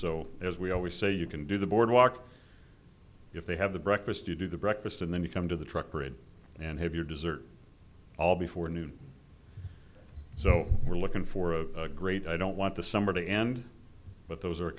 so as we always say you can do the boardwalk if they have the breakfast you do the breakfast and then you come to the truck parade and have your dessert all before noon so we're looking for a great i don't want the summer to end but those are a